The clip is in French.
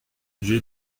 j’ai